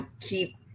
keep